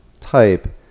type